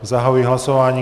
Zahajuji hlasování.